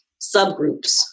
subgroups